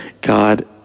God